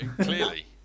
clearly